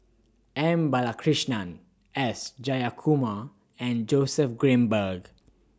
M Balakrishnan S Jayakumar and Joseph Grimberg